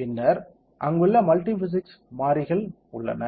பின்னர் அங்குள்ள multi physics மாறிகள் உள்ளன